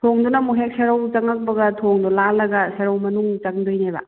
ꯊꯣꯡꯗꯨꯅ ꯑꯃꯨꯛ ꯍꯦꯛ ꯁꯦꯔꯧ ꯆꯪꯉꯛꯄꯒ ꯊꯣꯡꯗꯣ ꯂꯥꯜꯂꯒ ꯁꯦꯔꯧ ꯃꯅꯨꯡ ꯆꯪꯗꯣꯏꯅꯦꯕ